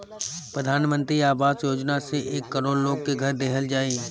प्रधान मंत्री आवास योजना से एक करोड़ लोग के घर देहल जाई